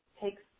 takes